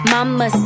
Mama